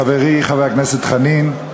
חברי חבר הכנסת חנין,